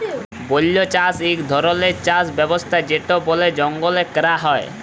বল্য চাষ ইক ধরলের চাষ ব্যবস্থা যেট বলে জঙ্গলে ক্যরা হ্যয়